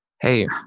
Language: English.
hey